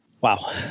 Wow